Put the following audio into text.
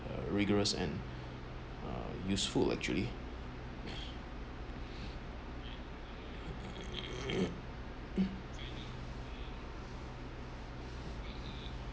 uh vigorous and uh useful actually